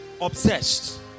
obsessed